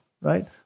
right